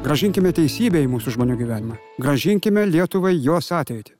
grąžinkime teisybę į mūsų žmonių gyvenimą grąžinkime lietuvai jos ateitį